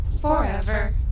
Forever